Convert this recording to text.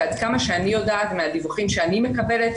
ועד כמה שאני יודעת מהדיווחים שאני מקבלת,